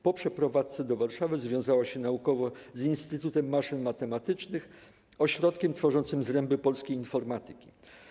Po przeprowadzce do Warszawy związała się naukowo z Instytutem Maszyn Matematycznych - ośrodkiem tworzącym zręby polskiej informatyki.